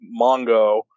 Mongo